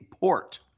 port